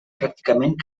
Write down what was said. pràcticament